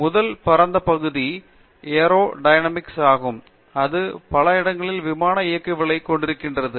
முதல் பரந்த பகுதி ஏரோடைனமிக்ஸ் ஆகும் இது பல இடங்களில் விமான இயக்கவியளை கொண்டிருக்கிறது